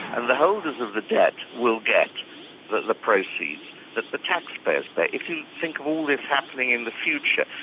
and the holders of the debt will get the the proceeds that the taxpayers pay. but if you think of all this happening in the future,